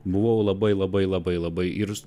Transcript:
buvau labai labai labai labai ir